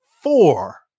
four